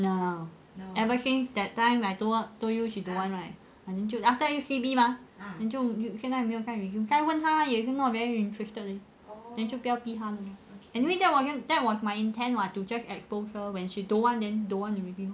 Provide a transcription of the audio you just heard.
no ever since that time I told you she don't want right after that 又 C_B mah then 就现在没有再 resume 再问他也是 not very interested leh then 就不要逼他 lor anyway that wasn't that was my intent to just expose her when she don't want then don't want already lor